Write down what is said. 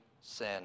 sin